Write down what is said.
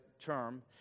term